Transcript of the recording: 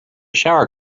shower